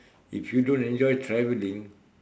if you don't enjoy traveling